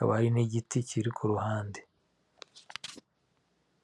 hejuru hamanitse icyapa kii ibara ry'ubururu kirimo amadarapo y'ubugu n'ubwongereza ndetse n'amerika.